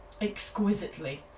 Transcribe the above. exquisitely